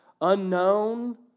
unknown